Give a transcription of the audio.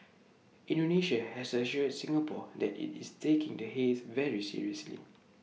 Indonesia has assured Singapore that IT is taking the haze very seriously